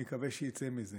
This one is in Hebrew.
אני מקווה שהוא יצא מזה.